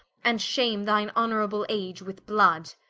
and shame thine honourable age with blood?